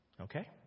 Okay